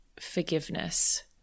forgiveness